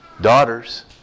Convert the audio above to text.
Daughters